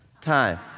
time